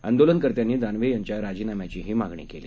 आंदोलनकर्त्यांनी दानवे यांच्या राजीनाम्याचीही मागणी केली